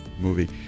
movie